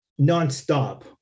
nonstop